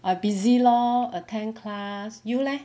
I busy lor attend class you leh